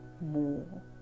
more